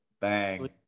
bang